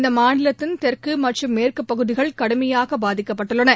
இந்த மாநிலத்தின் தெற்கு மற்றும் மேற்கு பகுதிகள் கடுமையாக பாதிக்கப்பட்டுள்ளன